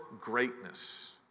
greatness